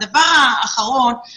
כולם במטרה אחודה להציל חיי